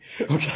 Okay